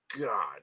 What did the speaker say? God